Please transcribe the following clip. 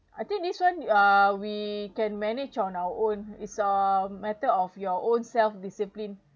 I think this one uh we can manage on our own it's a matter of your own self discipline